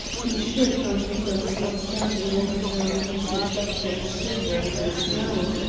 be sure count victor was not standing all the time of these reflections shivering in the snow.